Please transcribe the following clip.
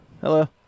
Hello